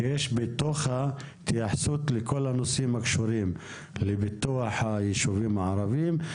שבתוכה יש התייחסות לכל הנושאים שקשורים לפיתוח היישובים הערבים.